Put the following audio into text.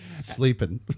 sleeping